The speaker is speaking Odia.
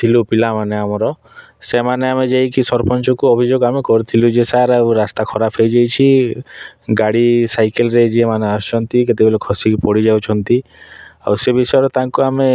ଥିଲୁ ପିଲାମାନେ ଆମର ସେମାନେ ଆମେ ଯାଇକି ସରପଞ୍ଚଙ୍କୁ ଅଭିଯୋଗ ଆମେ କରିଥିଲୁ ଯେ ସାର୍ ଆଉ ରାସ୍ତା ଖରାପ ହୋଇଯାଇଛି ଗାଡ଼ି ସାଇକେଲ୍ରେ ଯେମାନେ ଆସୁଛନ୍ତି କେତେବେଳେ ଖସିକି ପଡ଼ି ଯାଉଛନ୍ତି ଆଉ ସେ ବିଷୟରେ ତାଙ୍କୁ ଆମେ